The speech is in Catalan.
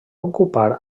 ocupar